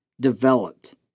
developed